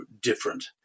different